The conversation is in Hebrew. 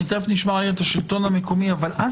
אבל אם